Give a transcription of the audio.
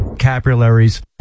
Capillaries